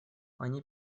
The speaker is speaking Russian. они